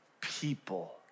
people